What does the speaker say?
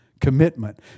commitment